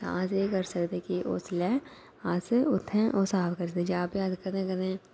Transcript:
हां अस एह् करी सकदे कि उसलै अस ओह् उत्थै साफ करी सकदे ते अस कदें कदें